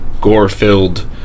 gore-filled